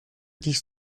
dies